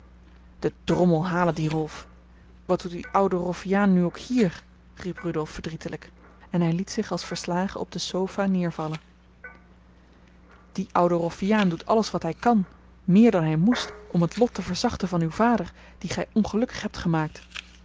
de drommel hale dien rolf wat doet die oude roffiaan nu ook hier riep rudolf verdrietelijk en hij liet zich als verslagen op de sofa neervallen die oude roffiaan doet alles wat hij kan meer dan hij moest om het lot te verzachten van uw vader dien gij ongelukkig hebt gemaakt